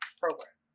program